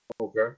Okay